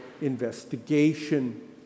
investigation